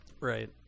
Right